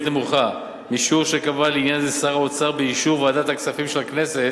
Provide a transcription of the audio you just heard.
נמוכה משיעור שקבע לעניין זה שר האוצר באישור ועדת הכספים של הכנסת,